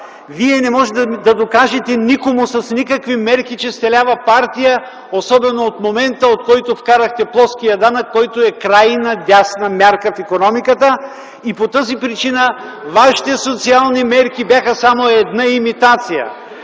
Вие не можете да докажете никому с никакви мерки, че сте лява партия, особено от момента, от който вкарахте плоския данък, който е крайно дясна мярка в икономиката. И по тази причина вашите социални мерки бяха само една имитация.